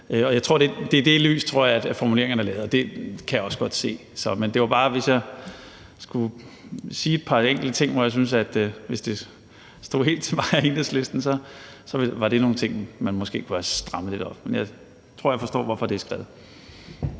det er i det lys, formuleringerne er lavet, og det kan jeg også godt se. Men det var bare for at nævne et par ting, som man, hvis det stod helt til mig og Enhedslisten, måske kunne have strammet lidt op. Men jeg tror, jeg forstår, hvorfor det er skrevet.